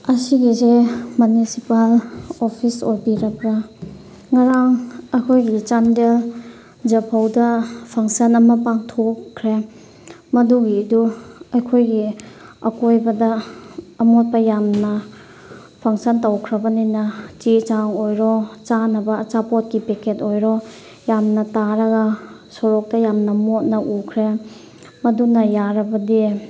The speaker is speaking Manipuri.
ꯑꯁꯤꯒꯤꯁꯦ ꯃꯅꯤꯁꯤꯄꯥꯜ ꯑꯣꯐꯤꯁ ꯑꯣꯏꯕꯤꯔꯕ꯭ꯔ ꯉꯔꯥꯡ ꯑꯩꯈꯣꯏꯒꯤ ꯆꯥꯟꯗꯦꯜ ꯖꯐꯧꯗ ꯐꯪꯁꯟ ꯑꯃ ꯄꯥꯡꯊꯣꯛꯈ꯭ꯔꯦ ꯃꯗꯨꯒꯤꯗꯨ ꯑꯩꯈꯣꯏꯒꯤ ꯑꯀꯣꯏꯕꯗ ꯑꯃꯣꯠꯄ ꯌꯥꯝꯅ ꯐꯥꯡꯁꯟ ꯇꯧꯈ꯭ꯔꯕꯅꯤꯅ ꯆꯦ ꯆꯥꯡ ꯑꯣꯏꯔꯣ ꯆꯥꯅꯕ ꯑꯆꯥꯄꯣꯠꯀꯤ ꯄꯦꯀꯦꯠ ꯑꯣꯏꯔꯣ ꯌꯥꯝꯅ ꯇꯥꯔꯒ ꯁꯣꯔꯣꯛꯇ ꯌꯥꯝꯅ ꯃꯣꯠꯅ ꯎꯈ꯭ꯔꯦ ꯃꯗꯨꯅ ꯌꯥꯔꯕꯗꯤ